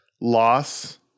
loss